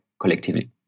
collectively